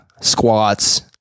squats